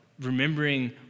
remembering